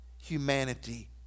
humanity